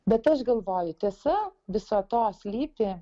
bet aš galvoju tiesa viso to slypi